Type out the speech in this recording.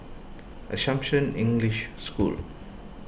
Assumption English School